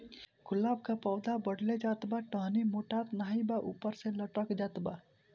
गुलाब क पौधा बढ़ले जात बा टहनी मोटात नाहीं बा ऊपर से लटक जात बा?